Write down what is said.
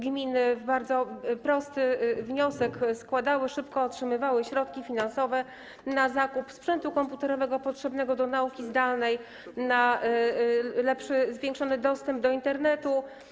Gminy składały bardzo prosty wniosek, szybko otrzymywały środki finansowe na zakup sprzętu komputerowego potrzebnego do nauki zdalnej, na lepszy, zwiększony dostęp do Internetu.